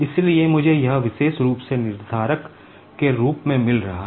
इसलिए मुझे यह विशेष रूप से निर्धारक के रूप में मिल रहा है